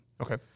Okay